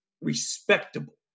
respectable